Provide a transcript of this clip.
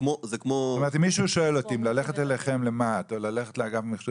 אם מישהו שואל אותי אם ללכת אליכם למה"ט או ללכת לניצן,